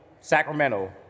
Sacramento